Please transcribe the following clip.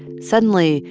suddenly,